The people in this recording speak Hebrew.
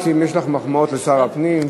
במיוחד אם יש לך מחמאות לשר הפנים.